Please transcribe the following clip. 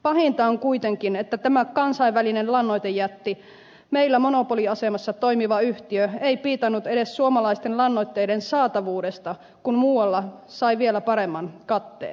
pahinta on kuitenkin että tämä kansainvälinen lannoitejätti meillä monopoliasemassa toimiva yhtiö ei piitannut edes suomalaisten lannoitteiden saatavuudesta kun muualla sai vielä paremman katteen